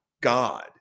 God